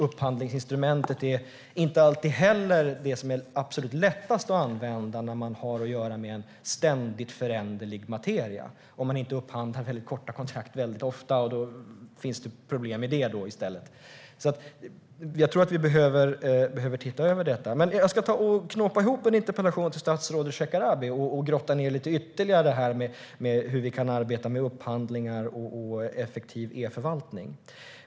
Upphandlingsinstrumentet är heller inte det absolut lättaste att använda när man har att göra med ständigt föränderlig materia, om man inte upphandlar korta kontrakt väldigt ofta. Då finns problem med det i stället. Jag tror att vi behöver se över detta. Jag ska knåpa ihop en interpellation till statsrådet Shekarabi och grotta ned mig ytterligare lite i hur vi kan arbeta med upphandlingar och effektiv e-förvaltning.